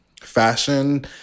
fashion